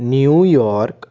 New York